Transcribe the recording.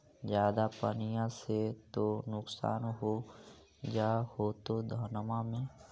ज्यादा पनिया से तो नुक्सान हो जा होतो धनमा में?